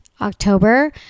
October